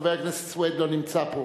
חבר הכנסת סוייד לא נמצא פה,